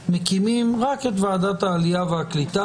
מקימים רק את ועדת הקליטה העלייה והקליטה,